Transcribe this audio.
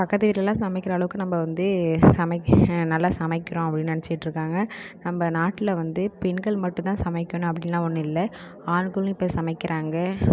பக்கத்து வீட்லெலாம் சமைக்கிற அளவுக்கு நம்ம வந்து சமைக்கு நல்லா சமைக்கிறோம் அப்படின்னு நினைச்சிட்டு இருக்காங்க நம்ம நாட்டில் வந்து பெண்கள் மட்டும்தான் சமைக்கணும் அப்படின்லாம் ஒன்றும் இல்லை ஆண்களும் இப்போ சமைக்கிறாங்க